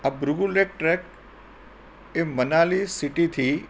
આ Bhrigu lake trek એ મનાલી સિટીથી